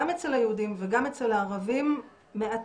גם אצל היהודים וגם אצל הערבים מעטים